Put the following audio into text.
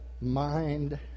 mind